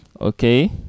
Okay